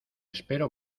espero